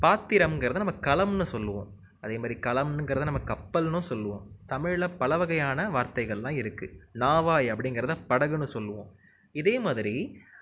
பாத்திரம்ங்கிறத நம்ம கலம்ன்னு சொல்லுவோம் அதேமாரி களம்ங்கிறத நம்ம கப்பல்ன்னும் சொல்லுவோம் தமிழ்ல பல வகையான வார்த்தைகள்லாம் இருக்குது நாவாய் அப்படிங்குறத படகுன்னு சொல்லுவோம் இதே மாதிரி